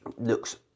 looks